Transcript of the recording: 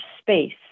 space